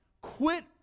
quit